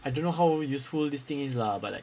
I don't know how useful this thing is lah but like